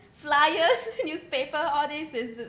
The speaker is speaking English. flyers newspaper all these is